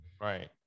right